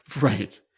Right